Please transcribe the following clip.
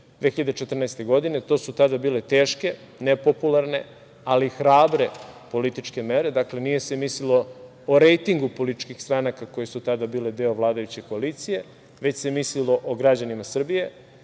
2014. godine, to su tada bile teške, nepopularne, ali hrabre političke mere. Dakle, nije se mislilo o rejtingu političkih stranaka koje su tada bile deo vladajuće koalicije, već se mislilo o građanima